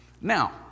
Now